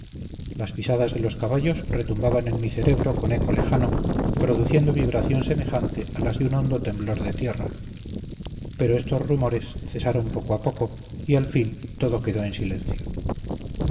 las pisadas de los caballos retumbaban en mi cerebro con eco lejano produciendo vibración semejante a las de un hondo temblor de tierra pero estos rumores cesaron poco a poco y al fin todo quedó en silencio